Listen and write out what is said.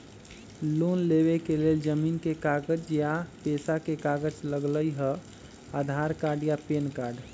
Loan लेवेके लेल जमीन के कागज या पेशा के कागज लगहई या आधार कार्ड या पेन कार्ड?